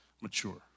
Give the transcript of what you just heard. mature